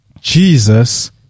Jesus